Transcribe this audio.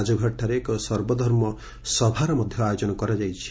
ରାଜଘାଟଠାରେ ଏକ ସର୍ବଧର୍ମ ସଭା ମଧ୍ୟ ଆୟୋଜନ କରାଯାଉଛି